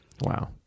Wow